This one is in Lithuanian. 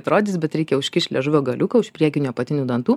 atrodys bet reikia užkišt liežuvio galiuką už priekinių apatinių dantų